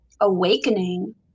awakening